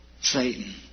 Satan